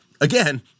again